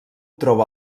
troba